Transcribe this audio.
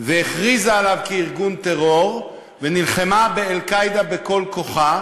והכריזה עליו כארגון טרור ונלחמה ב"אל-קאעידה" בכל כוחה,